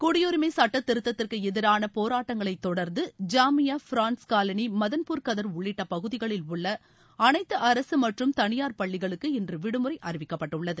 குடியரிமை சுட்டத்திருதத்திற்கு எதிரான போராட்டங்களை தொடர்ந்து ஜாமியா ஃபிரன்ஸ் காலனி மதன்பூர் கதர் உள்ளிட்ட பகுதிகளில் உள்ள அனைத்து அரசு மற்றும் தனியார் பள்ளிகளுக்கு இன்று விடுமுறை அறிவிக்கப்பட்டுள்ளது